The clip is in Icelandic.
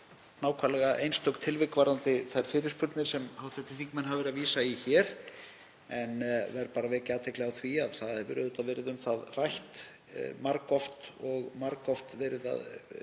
nákvæmlega einstök tilvik varðandi þær fyrirspurnir sem hv. þingmenn hafa verið að vísa í hér en verð bara að vekja athygli á því að það hefur auðvitað verið um það rætt margoft og margoft verið